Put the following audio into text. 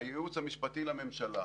מהייעוץ המשפטי לממשלה.